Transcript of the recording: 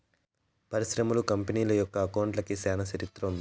పరిశ్రమలు, కంపెనీల యొక్క అకౌంట్లకి చానా చరిత్ర ఉంటది